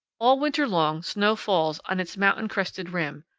all winter long snow falls on its mountain-crested rim,